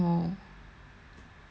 what is doctor stone